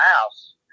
house